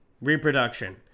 reproduction